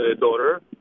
daughter